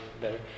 better